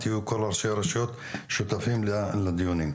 תהיו כל ראשי הרשויות שותפים לדיונים.